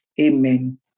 amen